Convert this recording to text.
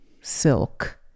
silk